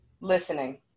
listening